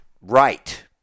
Right